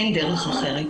אין דרך אחרת.